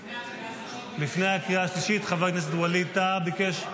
לפני הקריאה השלישית, חבר הכנסת ווליד טאהא ביקש.